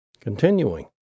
Continuing